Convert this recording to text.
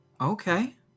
Okay